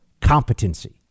competency